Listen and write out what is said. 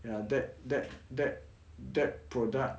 ah that that that that product